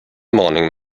morning